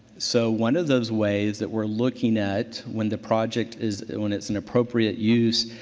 so, one of those ways that we're looking at when the project is when it's an appropriate use,